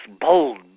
bold